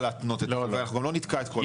להתנות --- אנחנו לא נתקע את כל החוק.